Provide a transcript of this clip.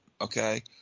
Okay